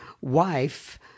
wife